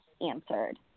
answered